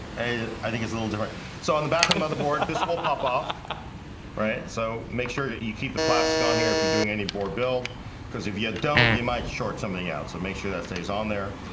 i think it's a little different so on the back of the motherboard this will pop off right so make sure that you keep the plastic on here if you're doing any board bill because if you yeah don't you might short something out so make sure that stays on there